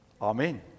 Amen